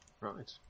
Right